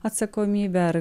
atsakomybė ar